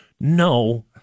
no